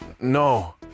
No